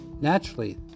Naturally